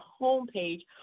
homepage